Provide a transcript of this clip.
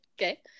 Okay